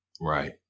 Right